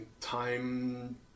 Time